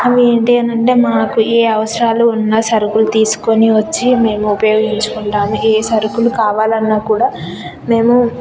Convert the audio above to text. అవి ఏంటి అనంటే మాకు ఏ అవసరాలు ఉన్న సరుకులు తీస్కొని వచ్చి మేము ఉపయోగించుకుంటాము ఏ సరుకులు కావాలన్నా కూడా మేము